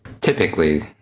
typically